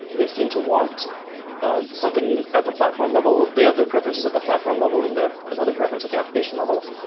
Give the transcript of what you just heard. they seem to want ah something at the platform level they have their preferences at the platform level and they have another preference at the application level.